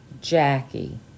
Jackie